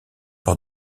par